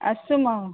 अस्तु मो